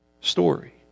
story